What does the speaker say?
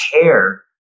care